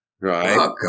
Right